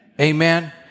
Amen